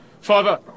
father